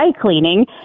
cleaning